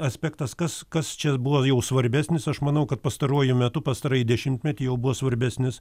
aspektas kas kas čia buvo jau svarbesnis aš manau kad pastaruoju metu pastarąjį dešimtmetį jau buvo svarbesnis